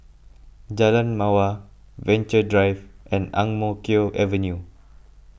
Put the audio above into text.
Jalan Mawar Venture Drive and Ang Mo Kio Avenue